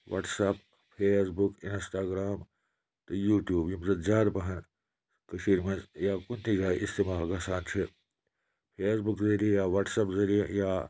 WhatsApp Facebook Instagram تہٕ YouTube یِم زَن زیادٕ پَہَن کٔشیٖرِ منٛز یا کُنہِ تہِ جایہِ استعمال گژھان چھِ فیسبُک ذٔریعہِ یا وٹسیپ ذٔریعہِ یا